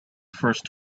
first